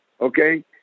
Okay